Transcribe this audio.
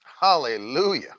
Hallelujah